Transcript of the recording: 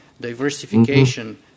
diversification